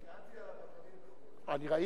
אני ראיתי,